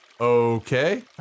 Okay